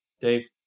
Dave